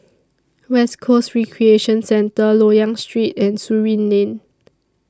West Coast Recreation Centre Loyang Street and Surin Lane